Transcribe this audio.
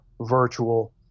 virtual